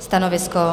Stanovisko?